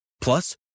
Plus